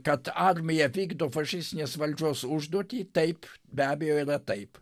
kad armija vykdo fašistinės valdžios užduotį taip be abejo yra taip